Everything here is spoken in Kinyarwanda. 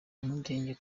mpungenge